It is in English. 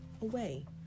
away